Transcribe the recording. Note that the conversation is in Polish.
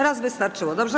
Raz wystarczyło, dobrze?